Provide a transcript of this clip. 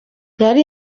yari